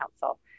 Council